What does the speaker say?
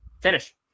finish